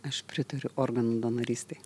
aš pritariu organų donorystei